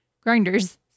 grinders